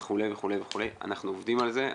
אנחנו עובדים על זה.